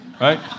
Right